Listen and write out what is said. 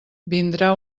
vindrà